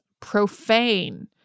Profane